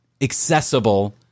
accessible